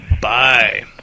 Bye